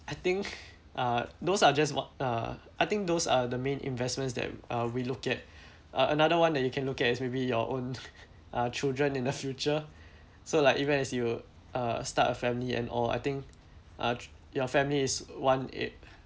I think uh those are just what uh I think those are the main investments that uh we look at uh another one that you can look at is your maybe your own uh children in the future so like even as you uh start a family and all I think uh your family is one eighth